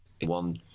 one